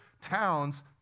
towns